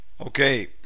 okay